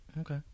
okay